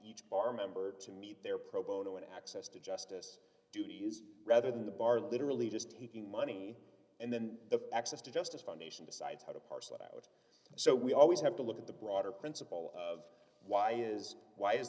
each bar member to meet their pro bono and access to justice duty is rather than the bar literally just taking money and then the access to justice foundation decides how to parse that out so we always have to look at the broader principle of why is why is